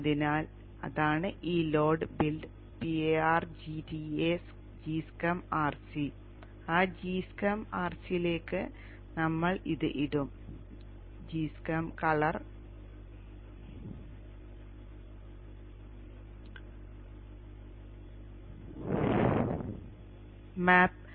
അതിനാൽ അതാണ് ഈ load build par gda gschem rc ആ gschem rc ലേക്ക് ഞങ്ങൾ ഇത് ഇടും g sym colour map light bg